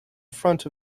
front